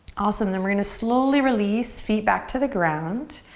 awesome, then we're gonna slowly release, feet back to the ground.